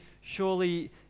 surely